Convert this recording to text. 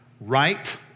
Right